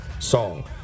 song